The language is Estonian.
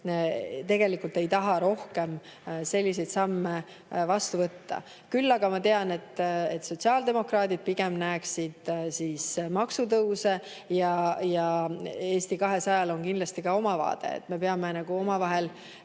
maksumaksjad ei taha rohkem selliseid samme vastu võtta. Küll aga ma tean, et sotsiaaldemokraadid pigem näeksid maksutõuse ja Eesti 200-l on kindlasti ka oma vaade. Me peame omavahel